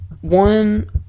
One